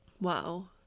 wow